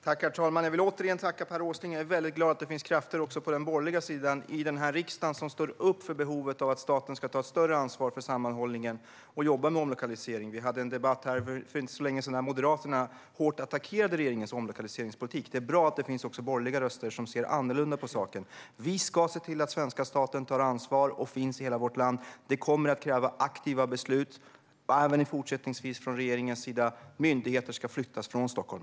Herr talman! Jag vill återigen tacka Per Åsling. Jag är glad att det finns krafter också på den borgerliga sidan i den här riksdagen som står upp för behovet att staten tar större ansvar för sammanhållningen och jobbar med omlokalisering. Vi hade en debatt här för inte så länge sedan där Moderaterna hårt attackerade regeringens omlokaliseringspolitik. Det är bra att det finns också borgerliga ledamöter som ser annorlunda på saken. Vi ska se till att svenska staten tar ansvar och finns i hela vårt land. Det kommer även fortsättningsvis att kräva aktiva beslut från regeringens sida. Myndigheter ska flyttas från Stockholm.